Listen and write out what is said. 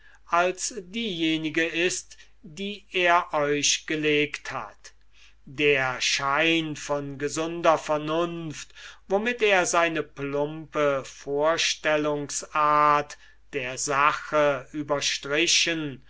als diejenige ist die er euch gelegt hat der schein von gesunder vernunft womit er seine plumpe vorstellungsart der sache überstrichen